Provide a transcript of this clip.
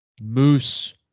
Moose